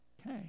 Okay